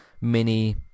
mini